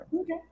okay